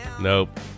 Nope